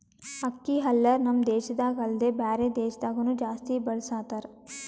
ಅಕ್ಕಿ ಹಲ್ಲರ್ ನಮ್ ದೇಶದಾಗ ಅಲ್ದೆ ಬ್ಯಾರೆ ದೇಶದಾಗನು ಜಾಸ್ತಿ ಬಳಸತಾರ್